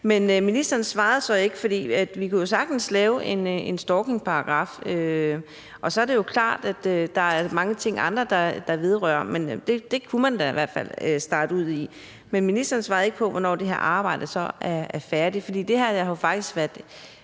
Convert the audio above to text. i. Ministeren svarede så ikke. Altså, vi kan jo sagtens lave en stalkingparagraf, og så er det jo klart, at der er mange andre ting, det vedrører, men det kunne man da i hvert fald starte ud med. Men ministeren svarede ikke på, hvornår det her arbejde så er færdigt. Det her har jo faktisk været